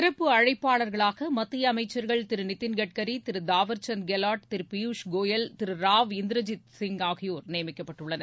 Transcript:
சிறப்பு அழைப்பாளர்களாகமத்தியஅமைச்சர்கள் திருநிதின் கட்கரி திருதாவர்சந்த் கெலாட் திருபியூஷ் கோயல் திருராவ் இந்திரஜீத் சிங் ஆகியோர் நியமிக்கப்பட்டுள்ளனர்